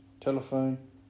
Telephone